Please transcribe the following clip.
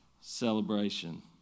celebration